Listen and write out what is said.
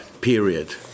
period